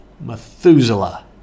Methuselah